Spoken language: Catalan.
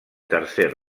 tercer